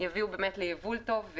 הם יביאו ליבול טוב,